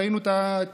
ראינו את הפציעה,